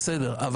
בסדר,